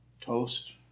toast